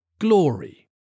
Glory